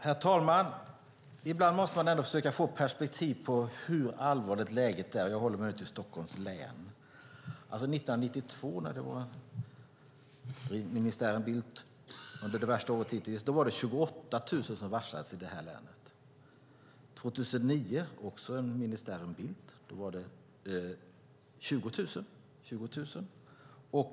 Herr talman! Ibland måste man försöka få perspektiv på hur allvarligt läget är. Jag håller mig nu till Stockholms län. År 1992, under ministären Bildt, varslades 28 000 i länet. År 2009, också en ministär med Bildt, varslades 20 000.